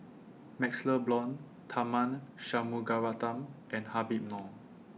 MaxLe Blond Tharman Shanmugaratnam and Habib Noh